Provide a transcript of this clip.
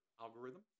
Algorithm